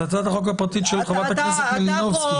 זו הצעת החוק הפרטית של חברת הכנסת מלינובסקי.